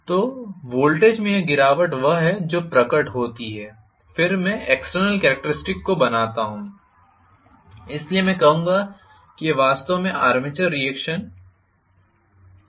तो वोल्टेज में यह गिरावट वह है जो प्रकट होती है फिर मैं एक्सटर्नल कॅरेक्टरिस्टिक्स को बनाता हूं इसलिए मैं कहूंगा कि यह वास्तव में आर्मेचर रीएक्शन एआर ड्रॉप है